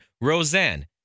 Roseanne